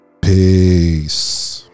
Peace